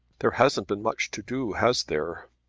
there hasn't been much to do has there?